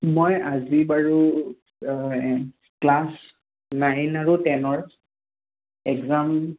মই আজি বাৰু ক্লাছ নাইন আৰু টেনৰ এক্জাম